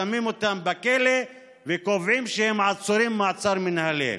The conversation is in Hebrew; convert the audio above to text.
שמים אותם בכלא וקובעים שהם עצורים במעצר מינהלי.